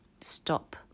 stop